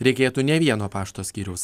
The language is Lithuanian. reikėtų ne vieno pašto skyriaus